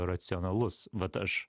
racionalus vat aš